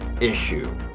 issue